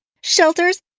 Shelters